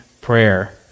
prayer